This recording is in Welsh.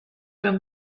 mewn